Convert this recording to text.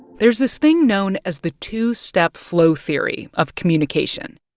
there's this thing known as the two-step flow theory of communication.